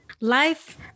Life